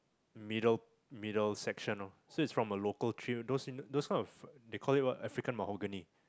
middle middle section ah so it's from a local tree those in the those kind of they call what African Mahogany